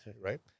Right